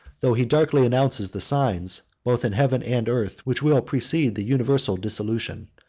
though he darkly announces the signs, both in heaven and earth, which will precede the universal dissolution,